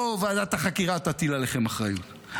לא ועדת החקירה תטיל עליכם אחריות,